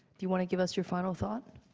do you want to give us your final thought?